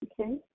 Okay